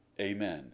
Amen